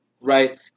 Right